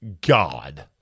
God